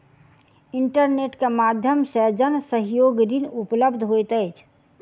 internet के माध्यम से जन सहयोग ऋण उपलब्ध होइत अछि